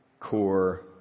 core